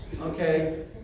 Okay